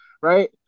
right